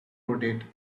rotate